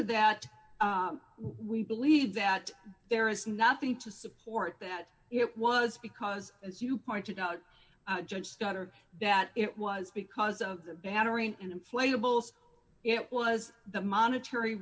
to that we believe that there is nothing to support that it was because as you pointed out judge scott or that it was because of the battering and inflatables it was the monetary